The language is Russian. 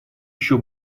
еще